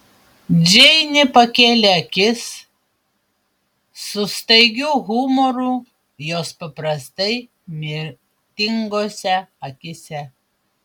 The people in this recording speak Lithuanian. džeinė pakėlė akis su staigiu humoru jos paprastai mirtingose akyse